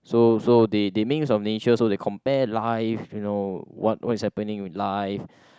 so so they they make use of nature so they compare life you know what what's happening with life